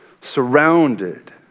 surrounded